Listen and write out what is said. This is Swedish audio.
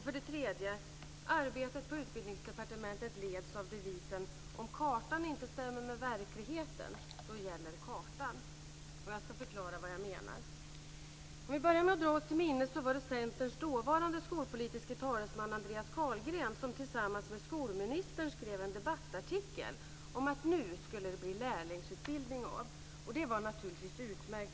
För det tredje att arbetet på Ubildningsdepartementet leds av devisen att om kartan inte stämmer med verkligheten gäller kartan. Jag ska förklara vad jag menar. Vi börjar med att dra oss till minnes att det var Carlgren som tillsammans med skolministern skrev en debattartikel om att det nu skulle bli lärlingsutbildning. Det var naturligtvis utmärkt.